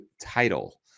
title